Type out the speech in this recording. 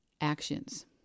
actions